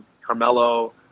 Carmelo